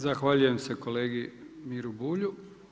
Zahvaljujem se kolegi Miru Bulju.